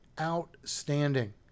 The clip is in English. outstanding